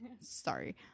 Sorry